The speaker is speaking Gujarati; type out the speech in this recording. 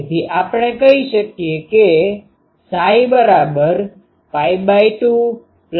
તેથી આપણે કહી શકીએ કે Ψ2ᴪ